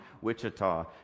Wichita